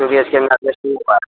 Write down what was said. بیی ایچ کے ن ہوا